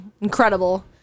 incredible